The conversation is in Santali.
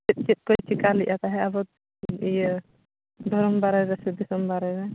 ᱪᱮᱫ ᱪᱮᱫ ᱠᱚᱭ ᱪᱤᱠᱟᱹ ᱞᱮᱫᱼᱟ ᱛᱟᱦᱮᱸᱫ ᱟᱵᱚ ᱤᱭᱟᱹ ᱫᱷᱚᱨᱚᱢ ᱫᱟᱨᱮ ᱨᱮᱥᱮ ᱫᱤᱥᱚᱢ ᱫᱟᱨᱮ ᱨᱮ